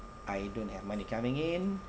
I don't have money coming in